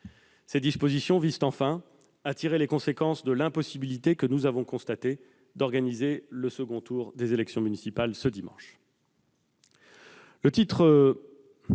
Ces dispositions visent enfin, quatrièmement, à tirer les conséquences de l'impossibilité que nous avons constatée d'organiser le second tour des élections municipales ce dimanche.